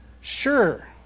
sure